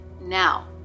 Now